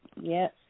Yes